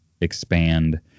expand